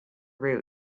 route